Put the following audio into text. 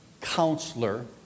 counselor